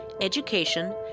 education